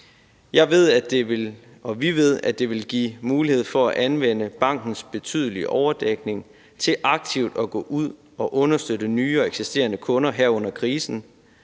vi ved, at det vil give mulighed for at anvende bankens betydelige overdækning til aktivt at gå ud og understøtte nye og eksisterende kunder her under krisen;